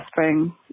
spring